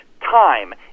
time